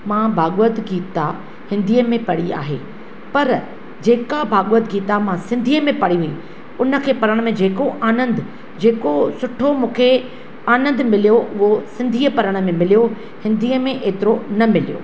मां भाॻवत गीता हिंदीअ में पढ़ी आहे पर जेका भाॻवत गीता मां सिंधीअ में पढ़ी हुई हुनखे पढ़ण में जेको आनंदु जेको सुठो मूंखे आनंदु मिलियो उहो सिंधीअ में मिलियो हिंदीअ में एतिरो न मिलियो